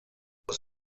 was